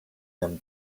them